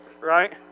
Right